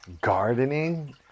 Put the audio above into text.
gardening